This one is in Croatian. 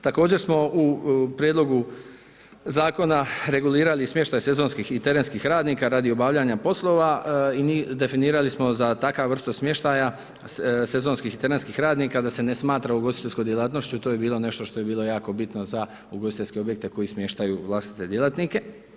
Također smo u prijedlogu Zakona regulirali smještaj sezonskih i terenskih radnika radi obavljanje poslova i definirali smo za takvu vrstu smještaja sezonskih i terenskih radnika, da se ne smatram ugostiteljstvom djelatnošću, to je bilo nešto što je bilo jako bitno za ugostiteljske objekte koji smještaju vlastite djelatnike.